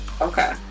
okay